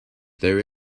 there